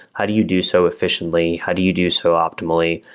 how do you do so efficiently? how do you do so optimally?